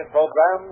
program